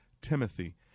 Timothy